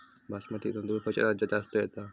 बासमती तांदूळ खयच्या राज्यात जास्त येता?